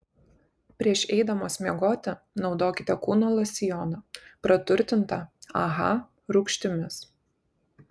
prieš eidamos miegoti naudokite kūno losjoną praturtintą aha rūgštimis